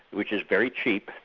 which is very cheap,